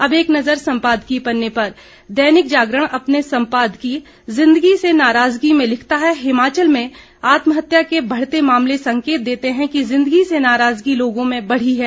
अब एक नज़र सम्पादकीय पन्ने पर दैनिक जागरण अपने सम्पादकीय ज़िन्दगी से नाराज़गी में लिखता है हिमाचल में आत्महत्या के बढ़ते मामले संकेत देते हैं कि ज़िन्दगी से नाराज़गी लोगों में बढ़ी है